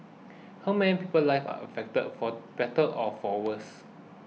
how many people's lives are affected for better or for worse